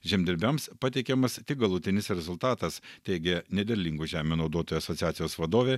žemdirbiams pateikiamas tik galutinis rezultatas teigė nederlingų žemių naudotojų asociacijos vadovė